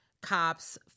cops